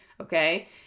Okay